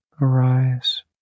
arise